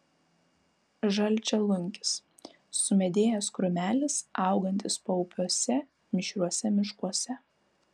žalčialunkis sumedėjęs krūmelis augantis paupiuose mišriuose miškuose